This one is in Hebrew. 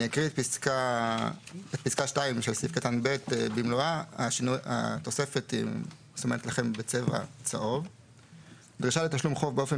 אני מקריא את פסקה (ב)(2) במלואה: "דרישה לתשלום חוב באופן